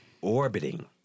Orbiting